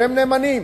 שהם נאמנים,